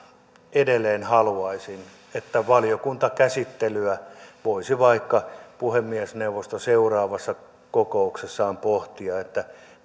edelleen haluaisin että valiokuntakäsittelyä voisi vaikka puhemiesneuvosto seuraavassa kokouksessaan pohtia